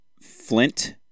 Flint